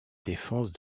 défense